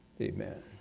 Amen